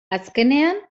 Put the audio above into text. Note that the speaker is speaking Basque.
azkenean